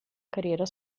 carriera